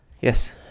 Yes